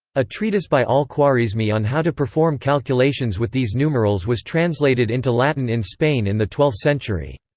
a treatise by al-khwarizmi on how to perform calculations with these numerals was translated into latin in spain in the twelfth century.